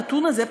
הנתון הזה,